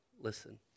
Listen